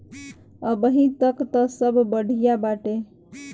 अबहीं तक त सब बढ़िया बाटे